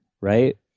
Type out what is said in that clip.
right